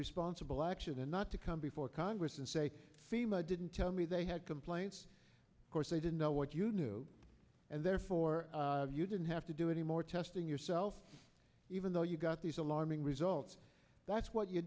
responsible action and not to come before congress and say see my didn't tell me they had complaints of course they didn't know what you knew and therefore you didn't have to do any more testing yourself even though you got these alarming results that's what you